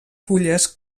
fulles